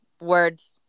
words